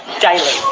daily